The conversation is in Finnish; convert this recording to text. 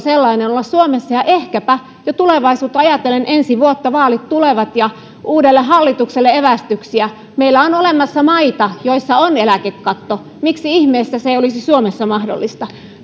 suomessa olla sellainen ehkäpä jo tulevaisuutta ensi vuotta ajatellen vaalit tulevat voisi antaa uudelle hallitukselle evästyksiä meillä on olemassa maita joissa on eläkekatto miksi ihmeessä se ei olisi suomessa mahdollista